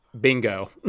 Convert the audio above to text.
Bingo